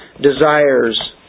desires